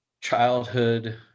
childhood